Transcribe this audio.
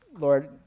Lord